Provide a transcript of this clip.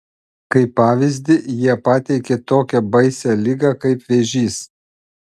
kaip pavyzdį jie pateikė tokią baisią ligą kaip vėžys